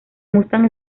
mustang